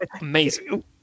amazing